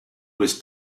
was